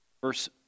verse